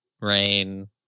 Rain